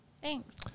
Thanks